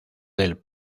del